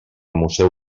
museu